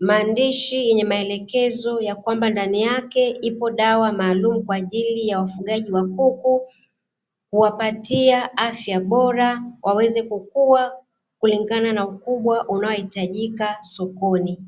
maandishi yenye maelekezo ya kwamba ndani yake ipo dawa maalumu kwa ajili ya ufugaji wa kuku, kuwapatia afya bora waweze kukua kulingana na ukubwa unaohitajika sokoni.